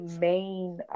main